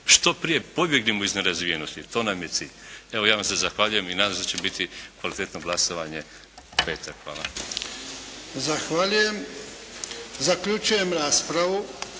što prije pobjegnemo iz nerazvijenosti, to nam je cilj. Evo ja vam se zahvaljujem i nadam se da će biti kvalitetno glasovanje u petak. Hvala. **Jarnjak, Ivan